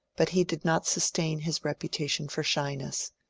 but he did not sustain his reputation for shyness.